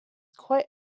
quite